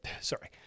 sorry